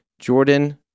Jordan